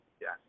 yes